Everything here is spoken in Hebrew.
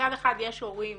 מצד אחד יש הורים,